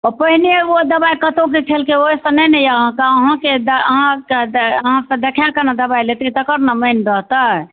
तऽ पहिने एगो दवाइ कतहु खेलकै ओहिसँ नहि ने अइ अहाँके अहाँके अहाँके देखाकऽ ने दवाइ लेते तकर ने मानि रहतै